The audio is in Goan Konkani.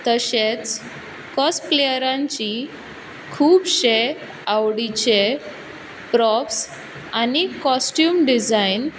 तशेंच कोसप्लेयरांची खुबशें आवडीचें प्रोप्स आनी कोस्ट्यूम डिजायन